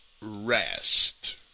rest